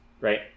right